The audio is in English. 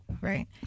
right